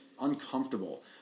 uncomfortable